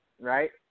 right